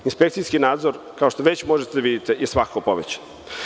Inspekcijski nadzor kao što već možete da vidite je svakako povećan.